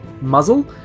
muzzle